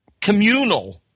communal